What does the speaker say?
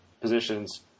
positions